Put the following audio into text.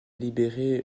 libéré